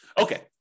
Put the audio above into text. Okay